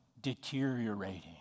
deteriorating